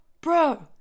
bro